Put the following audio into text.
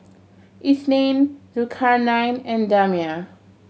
Isnin Zulkarnain and Damia